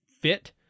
fit